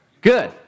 Good